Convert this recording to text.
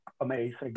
amazing